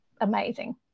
amazing